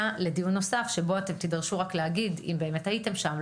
לדיון נוסף שבו תידרשו להגיד אם באמת הייתם שם.